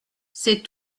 c’est